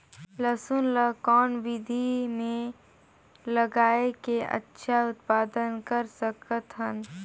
लसुन ल कौन विधि मे लगाय के अच्छा उत्पादन कर सकत हन?